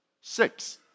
Six